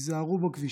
היזהרו בכבישים,